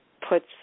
puts